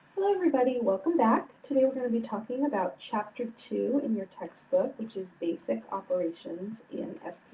hello, everybody, welcome back. today, we're going to be talking about chapter two in your textbook, which is basic operations in